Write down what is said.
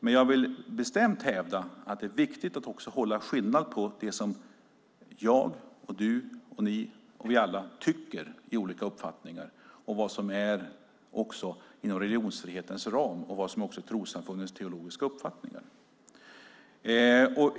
Men jag vill bestämt hävda att det är viktigt att göra skillnad på de olika uppfattningar som jag, du, ni och vi alla har samt vad som finns inom religionsfrihetens ram och trossamfundens teologiska uppfattningar.